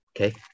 okay